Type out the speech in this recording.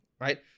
right